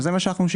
וזה מה ששיקפנו.